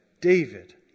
David